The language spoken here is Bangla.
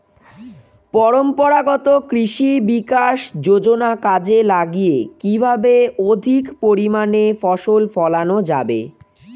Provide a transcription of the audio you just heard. পরম্পরাগত কৃষি বিকাশ যোজনা কাজে লাগিয়ে কিভাবে অধিক পরিমাণে ফসল ফলানো যাবে?